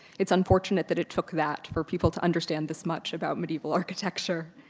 it's unfortunate that it took that for people to understand this much about medieval architecture.